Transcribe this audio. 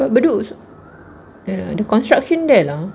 but bedok the construction there lah